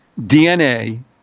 DNA